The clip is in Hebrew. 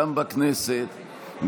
גם בכנסת,